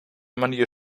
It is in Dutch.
manier